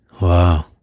wow